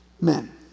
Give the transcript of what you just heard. Men